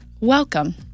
Welcome